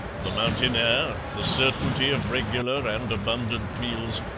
the mountain air, the certainty of regular and abundant meals,